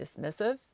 dismissive